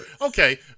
Okay